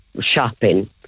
shopping